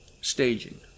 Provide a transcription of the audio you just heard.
staging